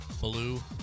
blue